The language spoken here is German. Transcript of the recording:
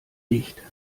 dicht